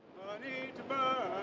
money to burn,